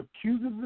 accuses